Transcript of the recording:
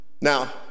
Now